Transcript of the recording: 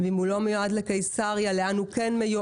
אם הוא לא מיועד לקיסריה לאן הוא כן מיועד.